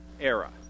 era